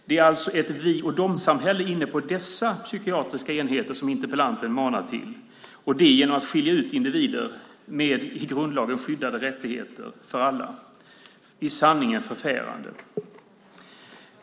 Det är alltså ett vi-och-de-samhälle inne på dessa psykiatriska enheter som interpellanten manar till, och det genom att skilja ut individer med i grundlagen skyddade rättigheter för alla. Det är i sanning förfärande.